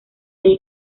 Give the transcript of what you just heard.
allí